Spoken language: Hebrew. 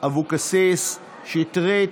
אקוניס, יובל שטייניץ,